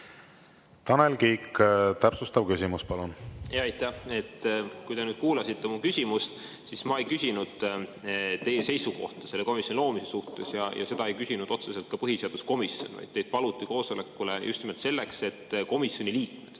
Tanel Kiik, täpsustav küsimus, palun! Aitäh! Kui te kuulasite mu küsimust, siis ma ei küsinud teie seisukohta selle komisjoni loomise suhtes ja seda ei küsinud otseselt ka põhiseaduskomisjon, vaid teid paluti koosolekule just nimelt selleks, et komisjoni liikmed,